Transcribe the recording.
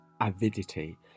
avidity